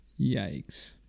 Yikes